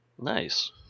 Nice